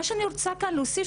מה שאני רוצה כאן להוסיף,